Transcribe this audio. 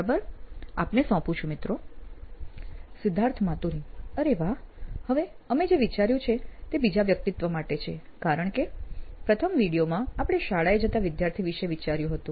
બરાબર આપને સોંપું છું મિત્રો સિદ્ધાર્થ માતુરી અરે વાહ હવે અમે જે વિચાર્યું છે તે બીજા વ્યક્તિત્વ માટે છે કારણ કે પ્રથમ વીડિયોમાં આપણે શાળાએ જતા વિદ્યાર્થી વિષે વિચાર્યું હતું